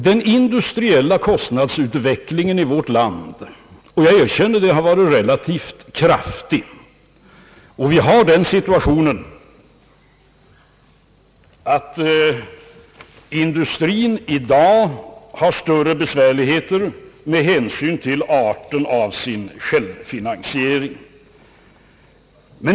Den industriella kostnadsutvecklingen i vårt land — jag erkänner att den har varit relativt kraftig — har medfört att industrin nu har vissa besvärligheter med hänsyn till graden av självfinansiering.